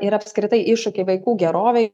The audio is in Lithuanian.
ir apskritai iššūkiai vaikų gerovei